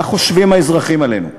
מה חושבים האזרחים עלינו?